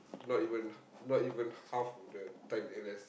not even not even half of the time in N_S